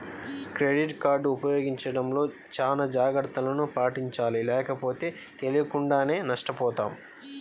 credit card ఉపయోగించడంలో చానా జాగర్తలను పాటించాలి లేకపోతే తెలియకుండానే నష్టపోతాం